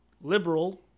liberal